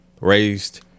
Raised